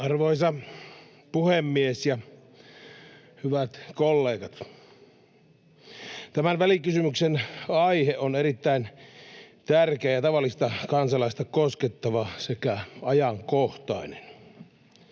Arvoisa puhemies ja hyvät kollegat! Tämän välikysymyksen aihe on erittäin tärkeä ja tavallista kansalaista koskettava sekä ajankohtainen.